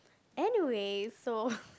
anyway so